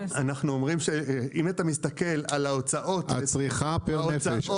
אנחנו אומרים שאם אתה מסתכל על ההוצאות --- הצריכה לנפש,